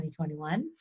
2021